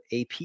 AP